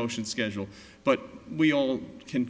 motion schedule but we all can